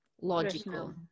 logical